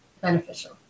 beneficial